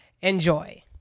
enjoy